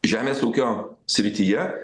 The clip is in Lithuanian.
žemės ūkio srityje